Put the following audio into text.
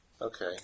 Okay